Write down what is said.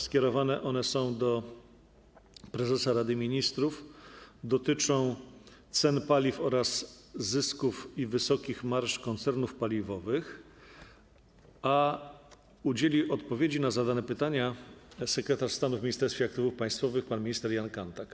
Skierowane one są do prezesa Rady Ministrów, dotyczą cen paliw oraz zysków i wysokich marż koncernów paliwowych, a odpowiedzi na zadane pytania udzieli sekretarz stanu w Ministerstwie Aktywów Państwowych pan minister Jan Kanthak.